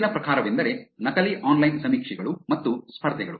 ಮುಂದಿನ ಪ್ರಕಾರವೆಂದರೆ ನಕಲಿ ಆನ್ಲೈನ್ ಸಮೀಕ್ಷೆಗಳು ಮತ್ತು ಸ್ಪರ್ಧೆಗಳು